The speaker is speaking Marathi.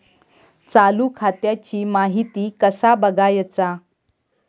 चालू खात्याची माहिती कसा बगायचा?